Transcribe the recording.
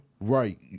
Right